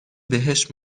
بهش